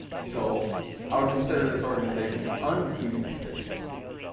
so i would consider this organization un-humanistic.